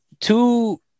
two